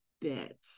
bit